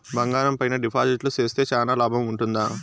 బంగారం పైన డిపాజిట్లు సేస్తే చానా లాభం ఉంటుందా?